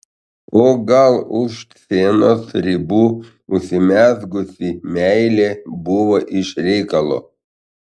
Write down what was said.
o gal už scenos ribų užsimezgusi meilė buvo iš reikalo